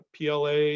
PLA